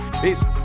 Peace